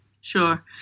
Sure